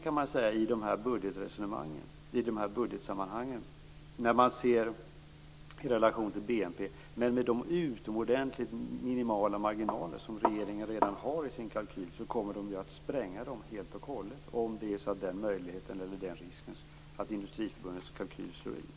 Det är inte särskilt mycket pengar i budgetsammanhang, sett i relation till BNP. Men med de utomordentligt minimala marginaler som regeringen redan har i sin kalkyl kommer de att sprängas helt och hållet, om Industriförbundets kalkyl slår in. Så känsligt är det.